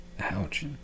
Ouch